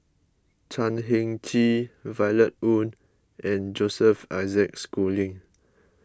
Chan Heng Chee Violet Oon and Joseph Isaac Schooling